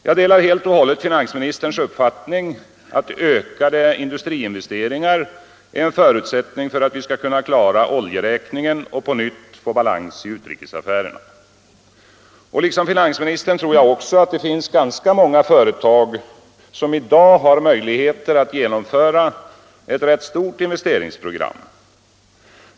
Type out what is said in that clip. Jag delar helt och hållet finansministerns uppfattning att ökade industriinvesteringar är en förutsättning för att vi skall kunna klara ol jeräkningen och på nytt få balans i utrikesaffärerna. Och liksom finansministern tror jag att det finns ganska många företag som i dag har möjligheter att genomföra ett rätt stort investeringsprogram.